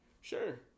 Sure